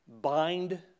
bind